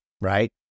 right